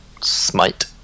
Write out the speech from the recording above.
smite